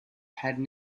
had